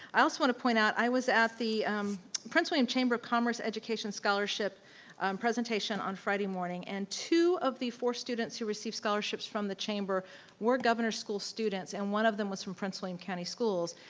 i also wanna point out, i was at the prince william chamber of commerce education scholarship presentation on friday morning and two of the four students who received scholarships from the chamber were governor's school students and one of them was from prince william county schools.